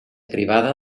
privada